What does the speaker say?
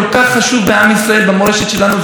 אבל שנדע להקשיב,